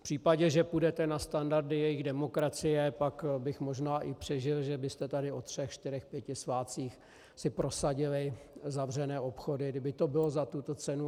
V případě, že půjdete na standardy jejich demokracie, pak bych možná přežil, že byste tady o třech čtyřech pěti svátcích si prosadili zavřené obchody, kdyby to bylo za tuto cenu.